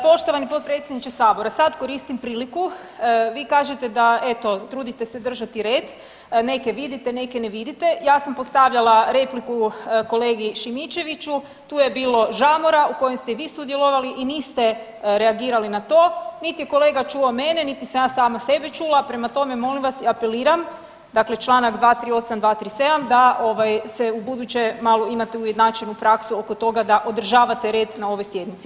Poštovani potpredsjedniče Sabora, sad koristim priliku, vi kažete da, eto, trudite se držati red, neke vidite, neke ne vidite, ja sam postavljala repliku kolegi Šimičeviću, tu je bilo žamora u kojem ste vi sudjelovali i niste reagirali na to, niti je kolega čuo mene niti sam ja sama sebe čula, prema tome, molim vas i apeliram, dakle čl. 238, 237 da ovaj, se ubuduće malo imate ujednačenu praksu oko toga da održavate red na ovoj sjednici.